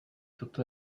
toto